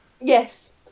yes